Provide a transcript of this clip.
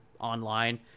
online